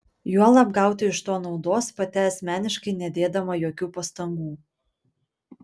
juolab gauti iš to naudos pati asmeniškai nedėdama jokių pastangų